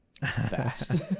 fast